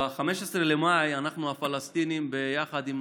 ב-15 במאי אנחנו הפלסטינים, ביחד עם